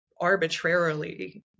arbitrarily